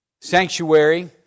sanctuary